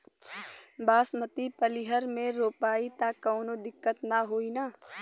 बासमती पलिहर में रोपाई त कवनो दिक्कत ना होई न?